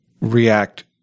react